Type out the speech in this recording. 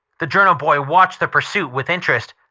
the journal boy watched the pursuit with interest.